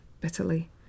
bitterly